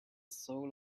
soul